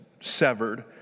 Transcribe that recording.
severed